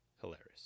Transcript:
Hilarious